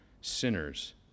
sinners